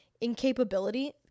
incapability